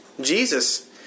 Jesus